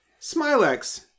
Smilex